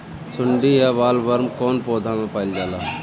सुंडी या बॉलवर्म कौन पौधा में पाइल जाला?